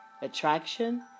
attraction